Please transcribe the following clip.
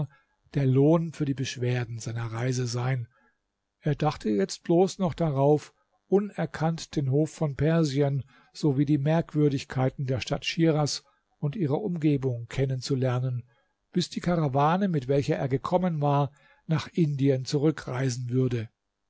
der lohn für die beschwerden seiner reise sein er dachte jetzt bloß noch darauf unerkannt den hof von persien so wie die merkwürdigkeiten der stadt schiras und ihrer umgebung kennenzulernen bis die karawane mit welcher er gekommen war nach indien zurückreisen würde